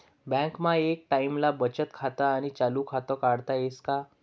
बँकमा एक टाईमले बचत खातं आणि चालू खातं काढता येस का?